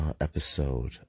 episode